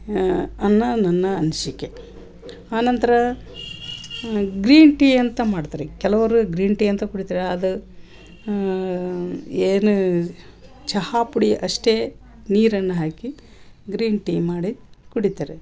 ಅನ್ನ ನನ್ನ ಅನಿಸಿಕೆ ಆ ನಂತರ ಗ್ರೀನ್ ಟೀ ಅಂತ ಮಾಡ್ತಾರೆ ಕೆಲವರು ಗ್ರೀನ್ ಟೀ ಅಂತ ಕುಡಿತಾರೆ ಅದು ಏನು ಚಹಾಪುಡಿ ಅಷ್ಟೇ ನೀರನ್ನ ಹಾಕಿ ಗ್ರೀನ್ ಟೀ ಮಾಡಿ ಕುಡಿತಾರೆ